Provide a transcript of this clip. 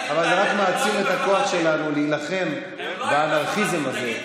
אבל זה רק מעצים את הכוח שלנו להילחם באנרכיזם הזה,